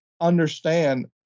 understand